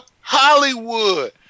Hollywood